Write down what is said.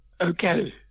Okay